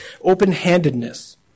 Open-handedness